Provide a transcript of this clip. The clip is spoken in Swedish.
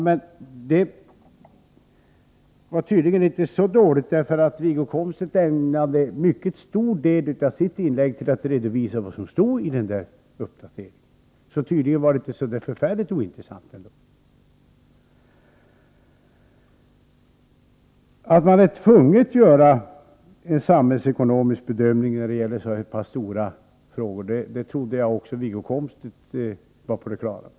Men tydligen var den inte så dålig, för Wiggo Komstedt ägnade en mycket stor del av sitt inlägg åt att redovisa vad som stod i uppdateringen. Tydligen var den inte så förfärligt ointressant. Att man är tvungen att göra en samhällsekonomisk bedömning när det 45 gäller så här pass stora frågor trodde jag att också Wiggo Komstedt var på det klara med.